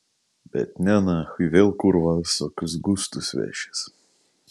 bet ne nachui vėl kurva visokius gustus vešis